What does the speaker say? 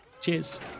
Cheers